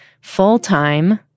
full-time